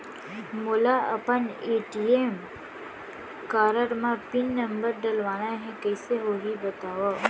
मोला अपन ATM card म पिन नंबर डलवाना हे कइसे होही बतावव?